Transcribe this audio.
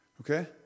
Okay